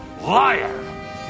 Liar